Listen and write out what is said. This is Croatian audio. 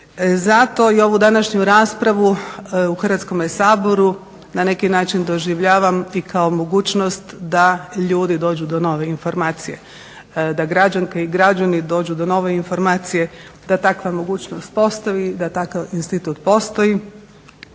Zato i ovu današnju raspravu u Hrvatskome saboru na neki način doživljavam i kao mogućnost da ljudi dođu do nove informacije. Da građanke i građani dođu do nove informacije, da takva mogućnost postoji, da takav institut postoji.